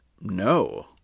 no